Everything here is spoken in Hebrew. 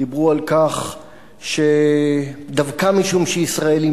דיברו על כך שדווקא משום שישראל היא